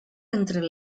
entre